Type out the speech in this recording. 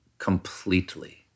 completely